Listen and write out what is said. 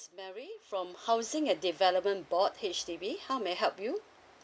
Marry from housing and development board H_D_B how may I help you